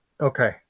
Okay